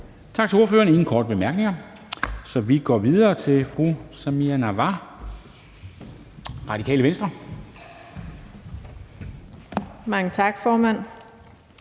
Tak til ordføreren. Der er ingen korte bemærkninger, så vi går videre til fru Samira Nawa, Radikale Venstre. Kl.